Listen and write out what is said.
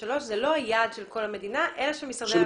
זה לא יעד של כל המדינה אלא של משרדי הממשלה.